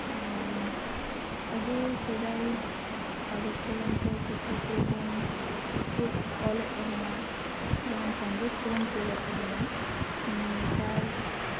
ᱟᱵᱚ ᱥᱮᱫᱟᱭ ᱠᱟᱜᱚᱡ ᱠᱚᱞᱚᱢ ᱛᱮ ᱪᱤᱴᱷᱤ ᱠᱚᱵᱚᱱ ᱠᱳᱞ ᱚᱞᱮᱫ ᱛᱟᱦᱮᱱᱟ ᱡᱟᱦᱟᱸᱱ ᱥᱟᱸᱫᱮᱥ ᱠᱚᱵᱚᱱ ᱠᱳᱞᱮᱫ ᱛᱟᱦᱮᱸᱱᱟ ᱱᱮᱛᱟᱨ